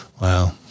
Wow